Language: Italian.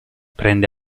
prende